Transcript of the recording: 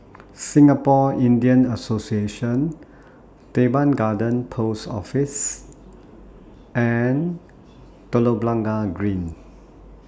Singapore Indian Association Teban Garden Post Office and Telok Blangah Green